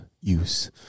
use